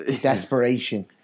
desperation